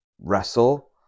wrestle